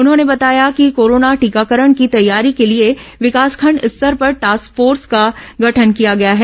उन्होंने बताया कि कोरोना टीकाकरण की तैयारी के लिए विकासखंड स्तर पर टास्क फोर्स का गठन किया गया है